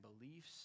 beliefs